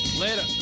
Later